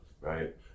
right